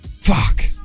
Fuck